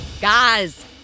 Guys